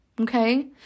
Okay